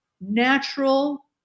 natural